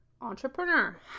entrepreneur